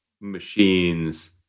machines